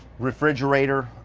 refrigerator,